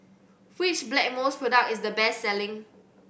which Blackmores product is the best selling